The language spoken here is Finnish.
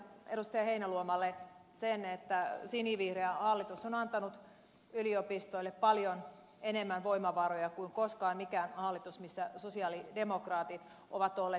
heinäluomalle sen että sinivihreä hallitus on antanut yliopistoille paljon enemmän voimavaroja kuin koskaan mikään hallitus missä sosialidemokraatit ovat olleet